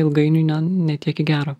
ilgainiui ne ne tiek į gerą